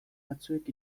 batzuek